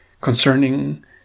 concerning